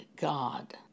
God